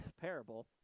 parable